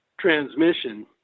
Transmission